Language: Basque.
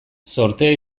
zortea